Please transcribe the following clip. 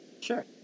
Sure